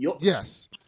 Yes